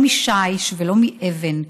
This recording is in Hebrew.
לא משיש ולא מאבן,